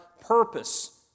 purpose